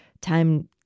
time